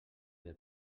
del